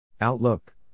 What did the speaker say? Outlook